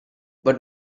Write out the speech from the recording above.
but